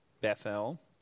Bethel